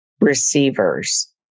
receivers